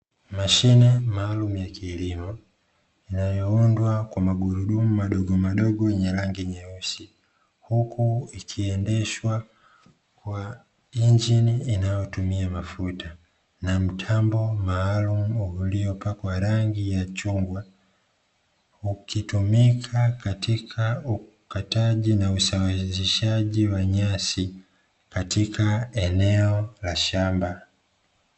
Mashine maalumu ya kilimo, inayouundwa kwa magurudumu madogomadogo yenye rangi nyeusi, huku ikiendeshwa kwa injini inayotumia mafuta na mtambo maalumu uliopakwa rangi ya chungwa, ukitumika katika ukataji na usawazishaji wa nyasi katika eneo la shamba.